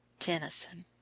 tennyson.